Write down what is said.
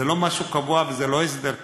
זה לא משהו קבוע, זה לא הסדר קבע.